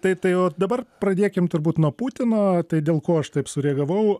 tai tai o dabar pradėkim turbūt nuo putino tai dėl ko aš taip sureagavau